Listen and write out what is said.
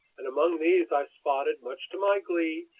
and among these i spotted, much to my glee,